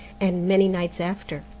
and many nights after.